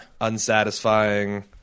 unsatisfying